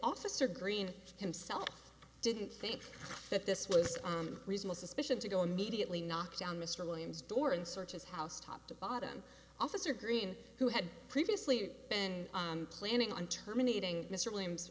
officer green himself didn't think that this was reasonable suspicion to go immediately knock down mr williams door and search his house top to bottom officer green who had previously been planning on terminating mr williams